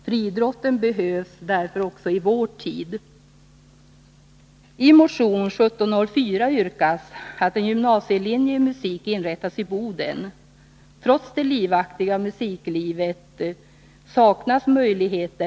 Friidrotten behövs därför också i vår tid.